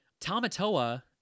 Tamatoa